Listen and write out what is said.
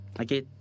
Okay